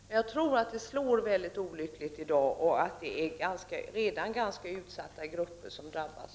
Men jag tror att reglerna får väldigt olyckliga konsekvenser i dag, och det är redan ganska utsatta grupper som drabbas.